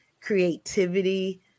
creativity